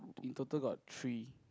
in total got three